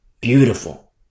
beautiful